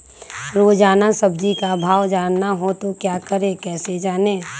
रोजाना सब्जी का भाव जानना हो तो क्या करें कैसे जाने?